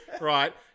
Right